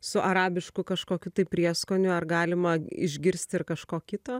su arabišku kažkokiu tai prieskoniu ar galima išgirsti ir kažko kito